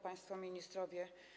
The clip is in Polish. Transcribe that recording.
Państwo Ministrowie!